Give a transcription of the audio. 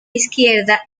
izquierda